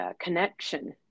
connection